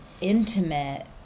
intimate